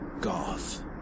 goth